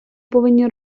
повинні